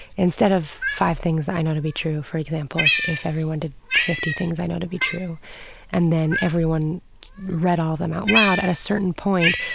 instead of five things i know to be true, for example, if if everyone did fifty things i know to be true and then everyone read all of them out loud, at a certain point,